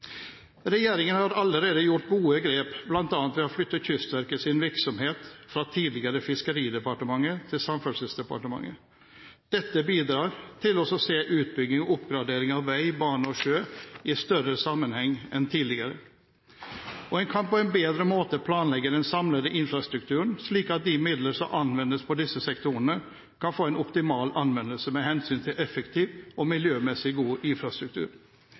Regjeringen har allerede gjort gode grep, bl.a. ved å flytte Kystverkets virksomhet fra tidligere Fiskeridepartementet til Samferdselsdepartementet. Dette bidrar til å se utbygging og oppgradering av vei, bane og sjø i større sammenheng enn tidligere, og en kan på en bedre måte planlegge den samlede infrastrukturen slik at de midler som anvendes på disse sektorene, kan få en optimal anvendelse med hensyn til effektiv og miljømessig god infrastruktur.